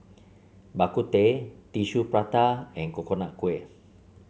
Bak Kut Teh Tissue Prata and Coconut Kuih